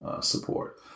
support